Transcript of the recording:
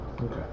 Okay